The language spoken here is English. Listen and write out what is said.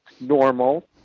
normal